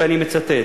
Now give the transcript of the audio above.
ואני מצטט: